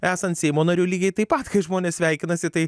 esant seimo nariu lygiai taip pat kai žmonės sveikinasi tai